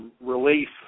relief